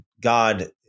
God